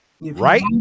Right